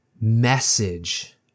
message